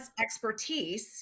expertise